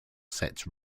sets